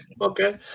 okay